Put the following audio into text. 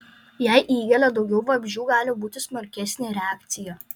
jei įgelia daugiau vabzdžių gali būti smarkesnė reakcija